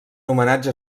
homenatge